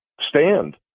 stand